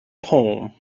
poem